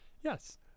Yes